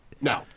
no